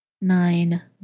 nine